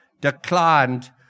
declined